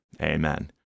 Amen